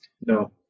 No